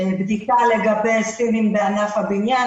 בדיקה לגבי הסינים בענף הבניין,